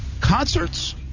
Concerts